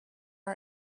our